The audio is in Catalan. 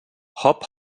hop